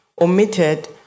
omitted